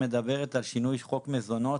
מדברת על שינוי חוק מזונות,